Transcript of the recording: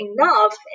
enough